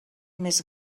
més